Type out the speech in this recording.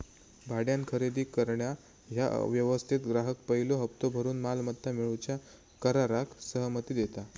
भाड्यान खरेदी करणा ह्या व्यवस्थेत ग्राहक पयलो हप्तो भरून मालमत्ता मिळवूच्या कराराक सहमती देता